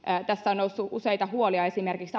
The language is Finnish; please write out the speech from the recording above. tässä on noussut useita huolia esimerkiksi